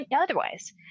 otherwise